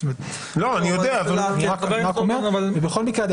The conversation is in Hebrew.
אני יודע --- ובכל מקרה,